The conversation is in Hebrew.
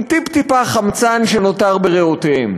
עם טיפ-טיפה חמצן שנותר בריאותיהם.